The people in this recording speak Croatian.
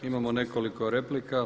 Imamo nekoliko replika.